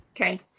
Okay